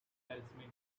salesman